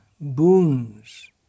boons